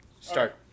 Start